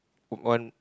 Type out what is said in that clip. one